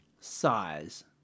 Size